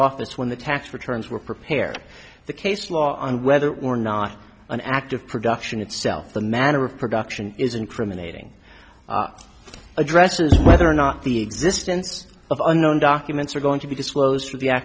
office when the tax returns were prepare the case law on whether or not an act of production itself the matter of production is incriminating addresses whether or not the existence of unknown documents are going to be disclosed